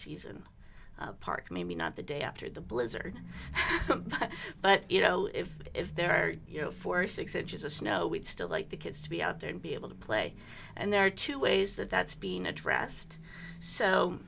season park maybe not the day after the blizzard but you know if if there are you know four or six inches of snow we'd still like the kids to be out there and be able to play and there are two ways that that's being addressed so